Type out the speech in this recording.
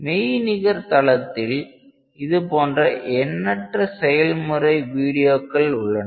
மெய்நிகர் தளத்தில் இது போன்ற எண்ணற்ற செயல்முறை வீடியோக்கள் உள்ளன